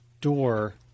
door